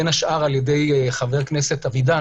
בין השאר על ידי חבר הכנסת אבידר,